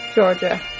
Georgia